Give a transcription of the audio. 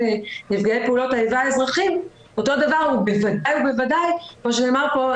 נפגעי פעולות האיבה האזרחים אותו דבר ובוודאי ובוודאי כמו שנאמר פה,